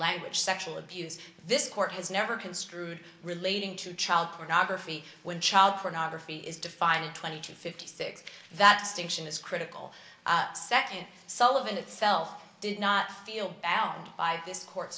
language sexual abuse this court has never construed relating to child pornography when child pornography is defining twenty two fifty six that distinction is critical second sullivan itself did not feel bound by this court